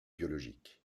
biologiques